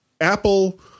Apple